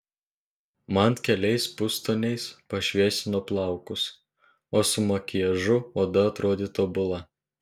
man keliais pustoniais pašviesino plaukus o su makiažu oda atrodė tobula